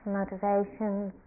motivations